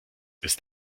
ist